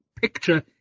picture